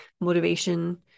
motivation